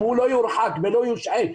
אם הוא לא יורחק ולא יושעה,